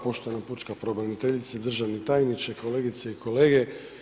Poštovana pučka pravobraniteljice, državni tajniče, kolegice i kolege.